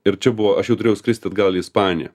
ir čia buvo aš jau turėjau skrist atgal į ispaniją